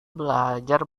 belajar